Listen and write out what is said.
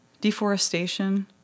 deforestation